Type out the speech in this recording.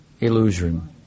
illusion